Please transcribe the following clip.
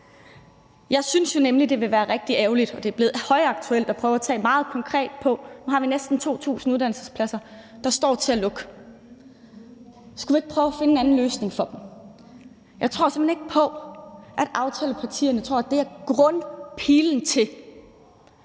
Jeg synes jo nemlig, at det er rigtig ærgerligt – og det er blevet højaktuelt at tale meget konkret om det – at vi nu har næsten 2.000 uddannelsespladser, der står til at lukke. Skulle vi ikke prøve at finde en anden løsning for dem? Jeg tror simpelt hen ikke på, at aftalepartierne tror, at det er grundpræmissen